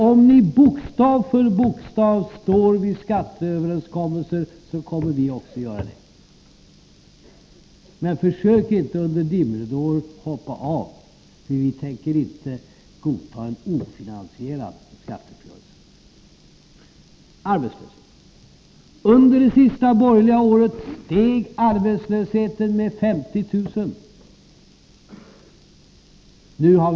Om ni bokstav för bokstav står fast vid skatteöverenskommelsen kommer vi också att göra det, men försök inte att hoppa av bakom dimridåer, för vi tänker inte godta en ofinansierad skatteuppgörelse. Arbetslösheten: Under det sista borgerliga regeringsåret steg arbetslösheten med 50 000 personer.